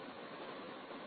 மாணவர் ஆம்